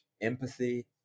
empathy